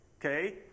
okay